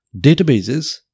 databases